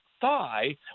thigh